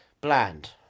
bland